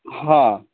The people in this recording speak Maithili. हॅं